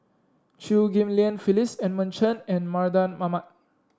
Chew Ghim Lian Phyllis Edmund Chen and Mardan Mamat